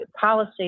policy